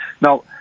Now